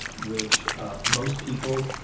which most people,